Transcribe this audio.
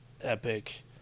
epic